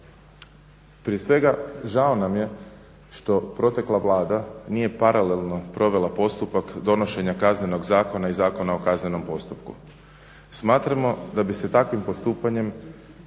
Prije svega žao nam je što protekla Vlada nije paralelno provela postupak donošenje Kaznenog zakona i Zakona o kaznenom postupku. Smatramo da bi se takvim postupanjem